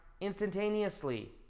instantaneously